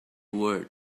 world